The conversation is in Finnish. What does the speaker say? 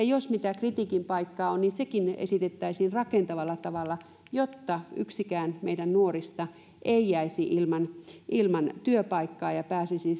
jos mitään kritiikin paikkaa on niin sekin silloin esitettäisiin rakentavalla tavalla jotta yksikään meidän nuorista ei jäisi ilman ilman työpaikkaa ja pääsisi